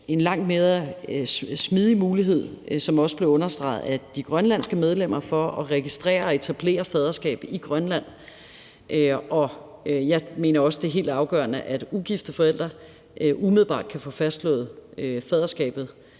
en lang mere smidig mulighed, som også blev understreget af de grønlandske medlemmer, for at registrere og etablere faderskab i Grønland. Og jeg mener også, det er helt afgørende, at ugifte forældre umiddelbart kan få fastslået faderskabet